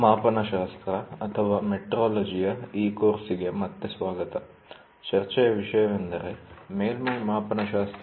ಚರ್ಚೆಯ ವಿಷಯವೆಂದರೆ ಮೇಲ್ಮೈ ಮಾಪನಶಾಸ್ತ್ರ